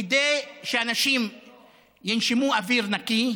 כדי שאנשים ינשמו אוויר נקי,